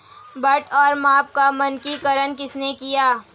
बाट और माप का मानकीकरण किसने किया?